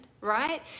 right